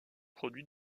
produit